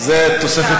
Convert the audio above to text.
זו תוספת